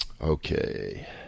Okay